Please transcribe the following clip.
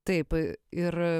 taip ir